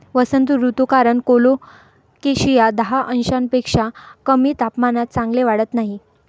वसंत ऋतू कारण कोलोकेसिया दहा अंशांपेक्षा कमी तापमानात चांगले वाढत नाही